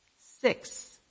six